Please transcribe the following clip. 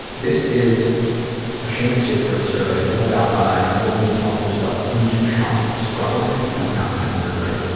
this is a shame and secrets survey filled out by a woman who calls herself insouciant struggle. i think i'm pronouncing that word right.